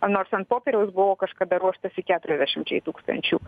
nors ant popieriaus buvo kažkada ruoštasi keturiasdešimčiai tūkstančių